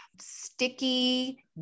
sticky